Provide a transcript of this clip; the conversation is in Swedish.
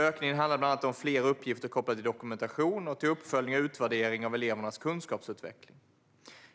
Ökningen handlade bland annat om fler uppgifter kopplade till dokumentation och till uppföljning och utvärdering av elevernas kunskapsutveckling.